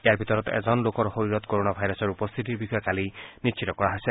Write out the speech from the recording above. ইয়াৰ ভিতৰত এজন লোকৰ শৰীৰত ক'ৰোনা ভাইৰাছৰ উপস্থিতিৰ বিষয়ে কালি নিশ্চিত কৰা হৈছে